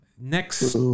Next